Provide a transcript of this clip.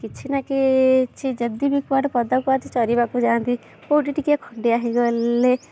କିଛି ନା କିଛି ଯଦି ବି କୁଆଡ଼େ ପଦାକୁ ଆଜି ଚରିବାକୁ ଯାଆନ୍ତି କେଉଁଠି ଟିକେ ଖଣ୍ଡିଆ ହେଇଗଲେ